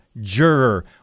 juror